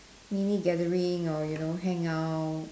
mini gathering or you know hangout